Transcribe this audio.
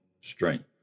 strength